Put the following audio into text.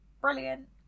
brilliant